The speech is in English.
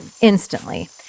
instantly